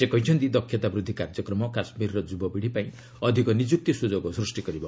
ସେ କହିଛନ୍ତି ଦକ୍ଷତା ବୃଦ୍ଧି କାର୍ଯ୍ୟକ୍ରମ କାଶ୍ମୀରର ଯୁବପିଢ଼ି ପାଇଁ ଅଧିକ ନିଯୁକ୍ତି ସୁଯୋଗ ସ୍ଚଷ୍ଟି କରିବ